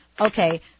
okay